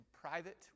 private